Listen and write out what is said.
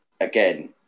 again